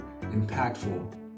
impactful